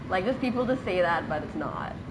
like just people just say that but it's not